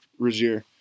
Razier